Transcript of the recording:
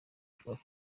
avuga